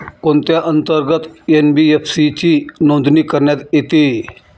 कोणत्या अंतर्गत एन.बी.एफ.सी ची नोंदणी करण्यात येते?